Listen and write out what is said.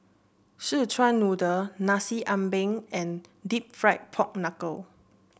Szechuan Noodle Nasi Ambeng and deep fried Pork Knuckle